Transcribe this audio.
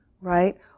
right